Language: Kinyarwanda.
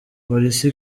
police